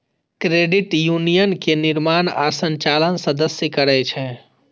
credit union के निर्माण आ संचालन सदस्ये करै छै